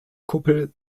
kuppel